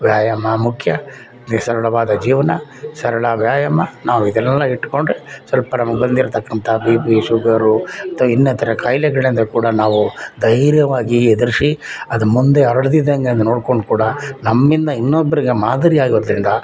ವ್ಯಾಯಾಮ ಮುಖ್ಯ ಮತ್ತು ಸರಳವಾದ ಜೀವನ ಸರಳ ವ್ಯಾಯಾಮ ನಾವು ಇದೆಲ್ಲ ಇಟ್ಕೊಂಡು ಸ್ವಲ್ಪ ನಮ್ಗೆ ಬಂದಿರ್ತಕ್ಕಂಥ ಬಿಪಿ ಶುಗರು ಮತ್ತು ಇನ್ನಿತರ ಕಾಯಿಲೆಗಳನ್ನು ಕೂಡ ನಾವು ಧೈರ್ಯವಾಗಿ ಎದುರಿಸಿ ಅದು ಮುಂದೆ ಹರಡ್ದಿದ್ದಂಗೆ ಅದನ್ನು ನೋಡ್ಕೊಂಡು ಕೂಡ ನಮ್ಮಿಂದ ಇನ್ನೊಬ್ಬರಿಗೆ ಮಾದರಿ ಆಗೋದರಿಂದ